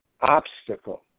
obstacle